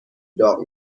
داغ